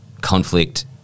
conflict